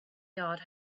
yard